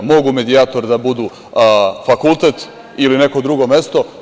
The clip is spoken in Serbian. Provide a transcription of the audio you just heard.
Mogu medijator da budu fakultet ili neko drugo mesto.